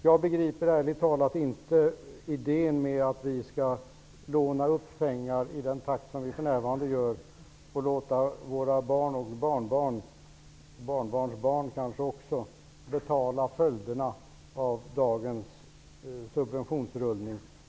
Jag förstår ärligt talat inte idén med att vi skall låna upp pengar i den takt som vi för närvarande gör och låta våra barn, barnbarn och kanske t.o.m. barnbarnsbarn betala följderna av dagens subventionsrullning.